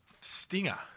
stinger